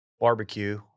Barbecue